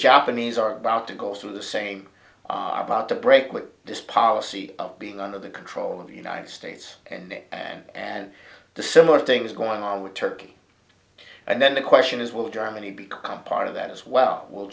japanese are about to go through the same are about to break with this policy of being under the control of united states and the similar things going on with turkey and then the question is will germany become part of that as well w